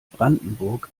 brandenburg